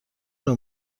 نوع